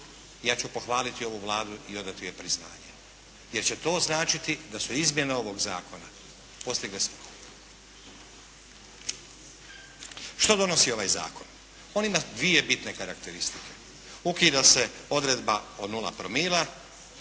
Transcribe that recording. ja ću pohvaliti ovu Vladu i odati joj priznanje, jer će to značiti da su izmjene ovog zakona postigle svrhu. Što donosi ovaj zakon? On ima dvije bitne karakteristike. Ukida se odredba o nula promila